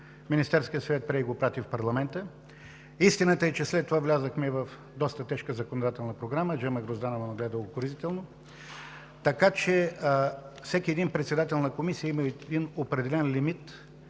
Министерският съвет прие и го прати в парламента. Истината е, че след това влязохме в доста тежка законодателна програма. Джема Грозданова ме гледа укорително. Всеки един председател на комисия има определен лимит